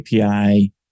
API